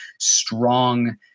strong